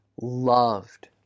loved